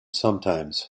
sometimes